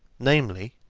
namely,